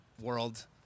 world